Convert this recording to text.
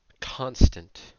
constant